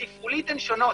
תפעולית, הן שונות.